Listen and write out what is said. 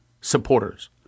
supporters